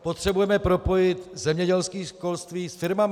Potřebujeme propojit zemědělské školství s firmami.